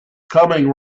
coming